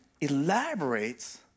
elaborates